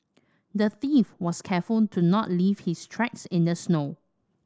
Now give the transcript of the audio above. the thief was careful to not leave his tracks in the snow